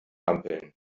ampeln